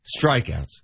strikeouts